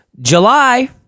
July